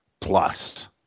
plus